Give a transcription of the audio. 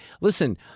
listen